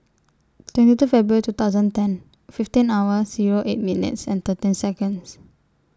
twenty two February two thousand ten fifteen hours Zero eight minutes thirteen Seconds